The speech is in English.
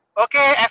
Okay